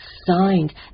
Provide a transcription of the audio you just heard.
signed